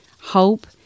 hope